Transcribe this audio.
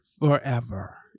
forever